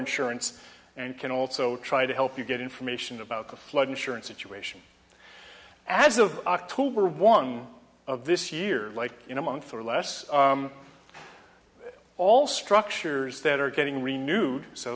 insurance and can also try to help you get information about the flood insurance situation as of october one of this year in a month or less all structures that are getting renewed